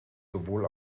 sowohl